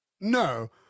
no